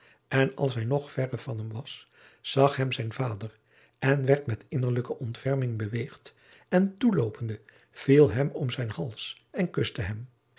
en als hij nog verre van hem was zag hem zijn vader en werd met innerlijke ontferming beweegd en toeloopende viel hem om zijn hals en kuste hem